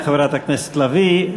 תודה לחברת הכנסת לביא.